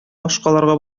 башкаларга